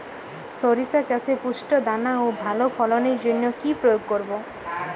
শরিষা চাষে পুষ্ট দানা ও ভালো ফলনের জন্য কি প্রয়োগ করব?